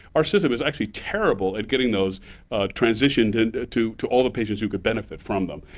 our system is actually terrible at getting those transitioned and to to all the patients who could benefit from them.